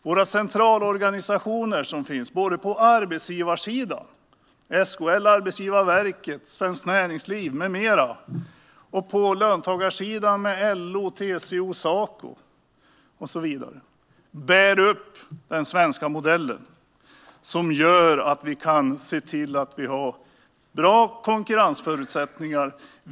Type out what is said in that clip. Våra centralorganisationer, både på arbetsgivarsidan - SKL, Arbetsgivarverket, Svenskt Näringsliv med flera - och på löntagarsidan - LO, TCO, Saco och så vidare - bär upp den svenska modellen, som gör att vi kan se till att vi har bra konkurrensförutsättningar.